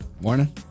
Morning